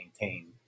maintain